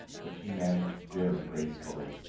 which he managed very gracefully.